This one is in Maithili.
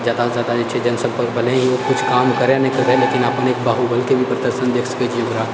तऽ जादासँ जादा जे छै जनसंपर्क भले ओ किछु काम करै नहि करै लेकिन अपने बाहुबलके भी प्रदर्शन देखि सकैत छियै ओकरा